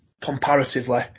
comparatively